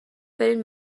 برین